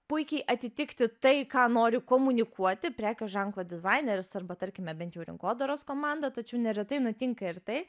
puikiai atitikti tai ką nori komunikuoti prekių ženklo dizaineris arba tarkime bent jau rinkodaros komanda tačiau neretai nutinka ir tai